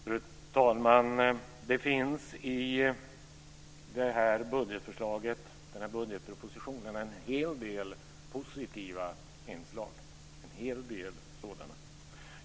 Fru talman! Det finns en hel del positiva inslag i den här budgetpropositionen.